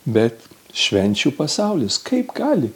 bet švenčių pasaulis kaip gali